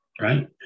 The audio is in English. right